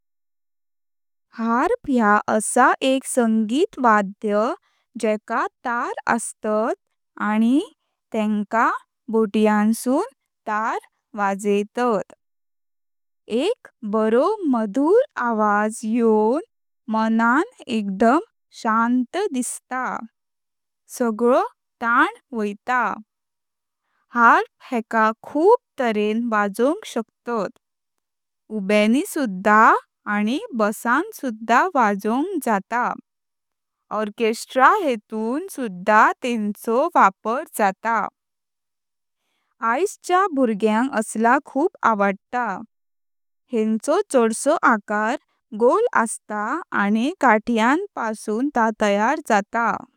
हार्प ह्या असा एक संगीत वाध्य जेका तार असतात आणी तेंका बोटियांसून तार वजयतात। एक बारो मधुर आवाज यवून मनान एकदुम शांत दिसता, सगळो तान वैत। हार्प हेका खूब तारेन वजवोक शक्तात, उब्यानी सुद्धा आणी बसां सुद्धा वजवोक जाता। ऑर्केस्ट्रा हेटून सुद्धा तेंचो वापर जाता। आज च्या भुर्ग्यांक असला खूब आवडता। हेंचो छाडसो आकार गोल असता आणी काठ्यां पशून ता तयार जाता।